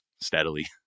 steadily